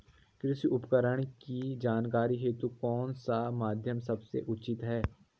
कृषि उपकरण की जानकारी हेतु कौन सा माध्यम सबसे उचित है?